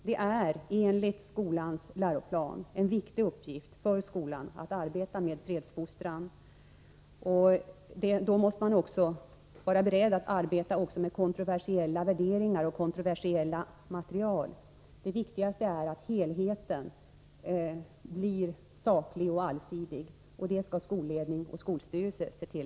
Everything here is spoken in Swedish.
Det är enligt skolans läroplan en viktig uppgift för skolan att arbeta med fredsfostran. Då måste man också vara beredd att arbeta med kontroversiella värderingar och kontroversiellt material. Det viktigaste är att helheten blir saklig och allsidig. Det skall skolledning och skolstyrelse se till.